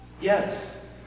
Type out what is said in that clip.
Yes